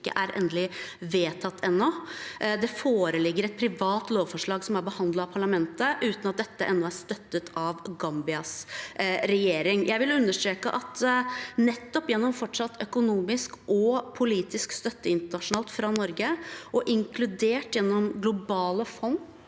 er endelig vedtatt. Det foreligger et privat lovforslag som er behandlet av parlamentet, uten at dette ennå er støttet av Gambias regjering. Jeg vil understreke at gjennom fortsatt økonomisk og politisk støtte internasjonalt fra Norge, inkludert gjennom globale fond